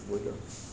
બોલો